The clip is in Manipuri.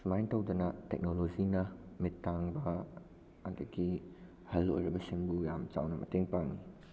ꯁꯨꯃꯥꯏꯅ ꯇꯧꯗꯅ ꯇꯦꯛꯅꯣꯂꯣꯖꯤꯅ ꯃꯤꯠ ꯇꯥꯡꯕ ꯑꯗꯒꯤ ꯑꯍꯜ ꯑꯣꯏꯔꯕꯁꯤꯡꯕꯨ ꯌꯥꯝ ꯆꯥꯎꯅ ꯃꯇꯦꯡ ꯄꯥꯡꯉꯤ